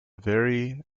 very